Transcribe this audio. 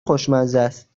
خوشمزست